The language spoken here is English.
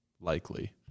Likely